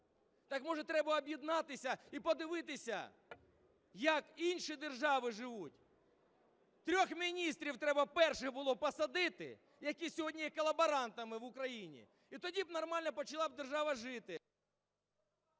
Так, може, треба об'єднатися і подивитися, як інші держави живуть? Трьох міністрів треба, перше, було посадити, які сьогодні є колаборантами в Україні, і тоді нормально почала б держава жити.